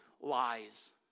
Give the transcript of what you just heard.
lies